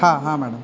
हां हां मॅडम